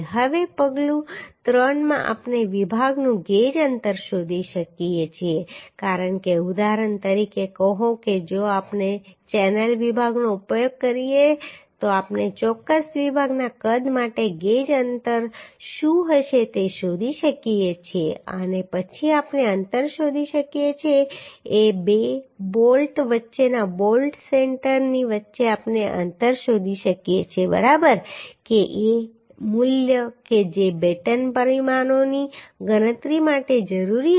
હવે પગલું 3 માં આપણે વિભાગનું ગેજ અંતર શોધી શકીએ છીએ કારણ કે ઉદાહરણ તરીકે કહો કે જો આપણે ચેનલ વિભાગનો ઉપયોગ કરીએ તો આપણે ચોક્કસ વિભાગના કદ માટે ગેજ અંતર શું હશે તે શોધી શકીએ છીએ અને પછી આપણે અંતર શોધી શકીએ છીએ a બે બોલ્ટ વચ્ચેના બોલ્ટ સેન્ટરની વચ્ચે આપણે અંતર શોધી શકીએ છીએ બરાબર કે એએ મૂલ્ય કે જે બેટન પરિમાણોની ગણતરી માટે જરૂરી હશે